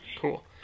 Cool